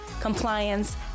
compliance